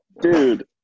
Dude